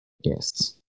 yes